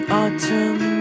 autumn